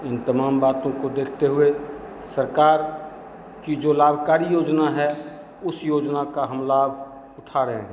इन तमाम बातों को देखते हुए सरकार की जो लाभकारी योजना है उस योजना का हम लाभ उठा रहे हैं